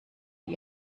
die